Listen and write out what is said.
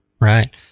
Right